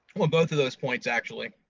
both of those points, actually,